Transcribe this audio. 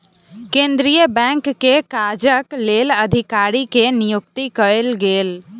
केंद्रीय बैंक के काजक लेल अधिकारी के नियुक्ति कयल गेल